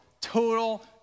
total